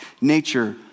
nature